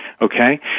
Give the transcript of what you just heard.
Okay